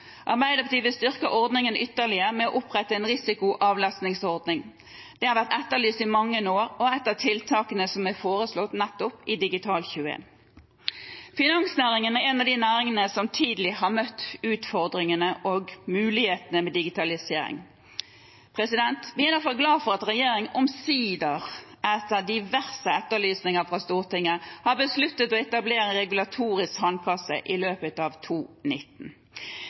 Arbeiderpartiet vil styrke ordningen ytterligere med å opprette en risikoavlastningsordning. Det har vært etterlyst i mange år og er ett av tiltakene som er foreslått nettopp i Digital21. Finansnæringen er en av de næringene som tidlig har møtt utfordringene og mulighetene med digitalisering. Vi er derfor glade for at regjeringen omsider, etter diverse etterlysninger fra Stortinget, har besluttet å etablere en regulatorisk sandkasse i løpet av